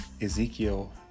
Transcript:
Ezekiel